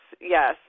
yes